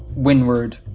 windward,